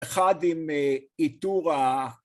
‫אחד עם עיטור ה...